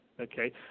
Okay